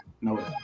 no